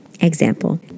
Example